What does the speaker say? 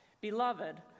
beloved